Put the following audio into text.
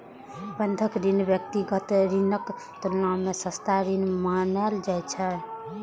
बंधक ऋण व्यक्तिगत ऋणक तुलना मे सस्ता ऋण मानल जाइ छै